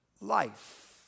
life